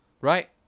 right